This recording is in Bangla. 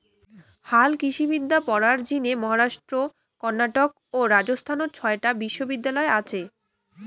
হালকৃষিবিদ্যা পড়ার জিনে মহারাষ্ট্র, কর্ণাটক ও রাজস্থানত ছয়টা বিশ্ববিদ্যালয় আচে